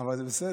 אבל זה בסדר.